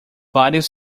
vários